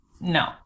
no